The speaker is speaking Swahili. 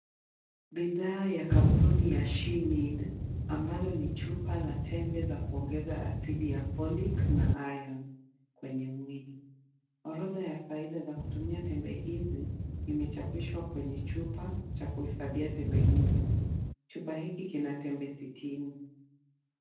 Bidhaa ya kampuni ya She Need ambalo ni chupa la tembe za kuongeza asidi ya follic na iron kwenye mwili. Orodha ya faida za kutumia tembe hizi imechapishwa kwenye chupa cha kuhifadhia tembe hizo. Chupa hiki kina tembe sitini.